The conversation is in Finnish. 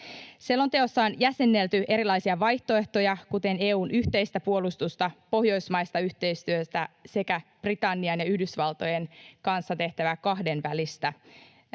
Selonteossa on jäsennelty erilaisia vaihtoehtoja, kuten EU:n yhteistä puolustusta, pohjoismaista yhteistyötä sekä Britannian ja Yhdysvaltojen kanssa tehtävää kahdenvälistä